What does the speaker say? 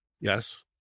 Yes